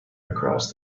across